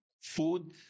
food